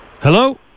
Hello